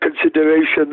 consideration